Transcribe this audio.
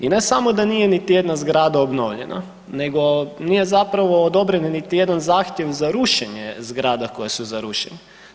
I ne samo da nije niti jedna zgrada obnovljena, nego nije zapravo odobren niti jedan zahtjev za rušenje zgrada koje su za rušenje.